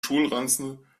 schulranzen